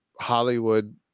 hollywood